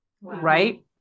right